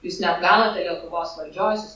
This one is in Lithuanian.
jūs neapgaunate lietuvos valdžios